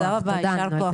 הישיבה ננעלה